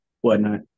whatnot